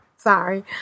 Sorry